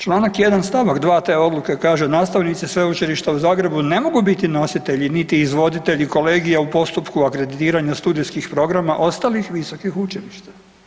Čl. 1. st. 2. te odluke kaže nastavnici Sveučilišta u Zagrebu ne mogu biti nositelji niti izvoditelji kolegija u postupku akreditiranja studijskih programa ostalih visokih učilišta.